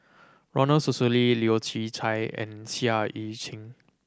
Ronald Susilo Leu Yew Chye and Seah Eu Chin